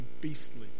beastly